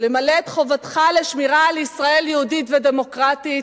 למלא את חובתך לשמירה על ישראל יהודית ודמוקרטית?